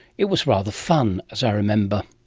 it was rather fun as i remember.